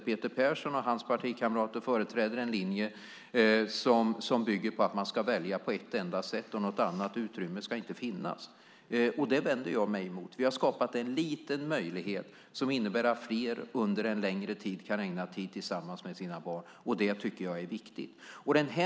Peter Persson och hans partikamrater företräder en linje som bygger på att man ska välja ett enda sätt och att något annat utrymme inte ska finnas. Det vänder jag mig emot. Vi har skapat en liten möjlighet som innebär att fler under en längre tid kan ägna tid tillsammans med sina barn, och det tycker jag är viktigt.